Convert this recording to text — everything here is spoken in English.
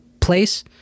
place